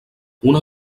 una